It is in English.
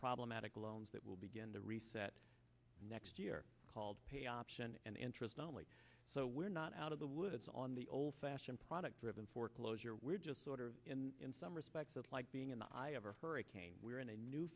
problematic loans that will begin to reset next year called pay option and interest only so we're not out of the woods on the old fashioned product driven foreclosure were just sort of in some respects of like being in the eye of hurricane we're in a new